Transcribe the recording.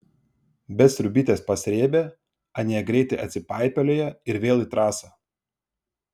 bet sriubytės pasrėbę anie greitai atsipaipalioja ir vėl į trasą